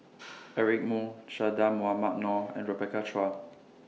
Eric Moo Che Dah Mohamed Noor and Rebecca Chua